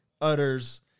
utters